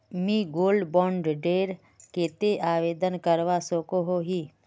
मुई gold bond डेर केते आवेदन करवा सकोहो ही?